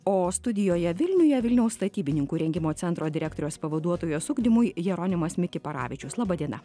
o studijoje vilniuje vilniaus statybininkų rengimo centro direktoriaus pavaduotojas ugdymui jeronimas mikiparavičius laba diena